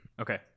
Okay